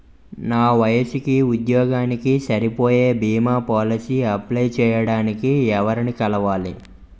నా వయసుకి, ఉద్యోగానికి సరిపోయే భీమా పోలసీ అప్లయ్ చేయటానికి ఎవరిని కలవాలి?